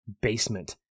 basement